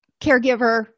caregiver